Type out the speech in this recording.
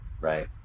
right